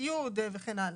הציוד וכן הלאה.